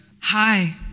hi